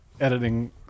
editing